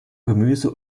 gemüse